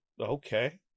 okay